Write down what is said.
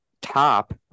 top